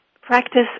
practice